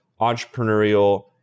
entrepreneurial